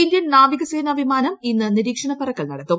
Indian നാവിക സേനാ പ്പിമാനം ഇന്ന് നിരീക്ഷണ പറക്കൽ നടത്തും